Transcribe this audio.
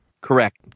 correct